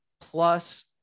plus